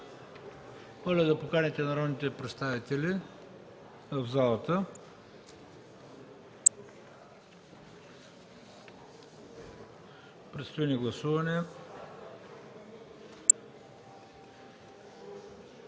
Моля да поканите народните представители в залата, предстои ни гласуване.